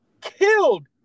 killed